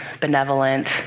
benevolent